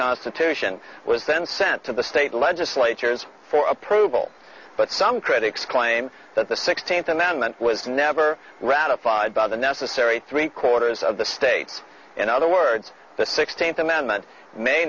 constitution was then sent to the state legislatures for approval but some critics claim that the sixteenth amendment was never ratified by the necessary three quarters of the states in other words the sixteenth amendment may